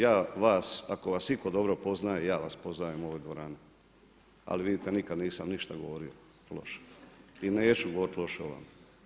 Ja vas ako vas iko dobro poznaje ja vas poznajem u ovoj dvorani, ali vidite nikad nisam ništa govorio loše i neću govoriti loše o vama.